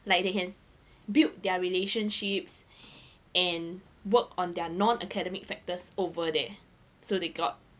like they can build their relationships and work on their non academic factors over there so they got